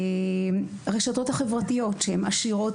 הרשתות החברתיות שעשירות